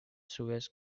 suez